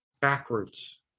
backwards